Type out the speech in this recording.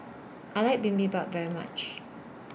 I like Bibimbap very much